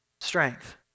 strength